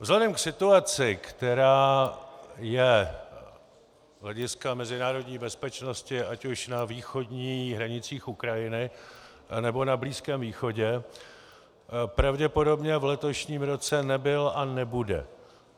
Vzhledem k situaci, která je z hlediska mezinárodní bezpečnosti ať už na východních hranicích Ukrajiny, nebo na Blízkém východě, pravděpodobně v letošním roce nebyl a nebude